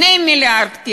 2 מיליארד,